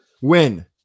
win